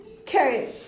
Okay